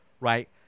right